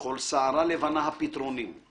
לכל שערה לבנה הפתרונים/